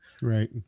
Right